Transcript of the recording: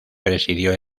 presidió